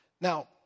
Now